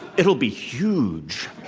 it'll be huge.